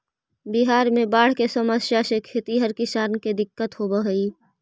बिहार में बाढ़ के समस्या से खेतिहर किसान के दिक्कत होवऽ हइ